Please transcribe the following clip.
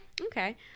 Okay